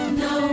no